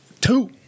Two